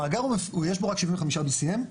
המאגר יש בו רק 75 BCM,